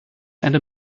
ende